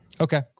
Okay